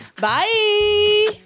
Bye